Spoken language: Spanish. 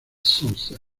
sauce